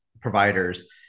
providers